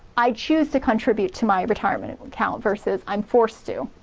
i choose to contribute to my retirement and account, versus i'm forced to.